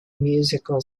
musical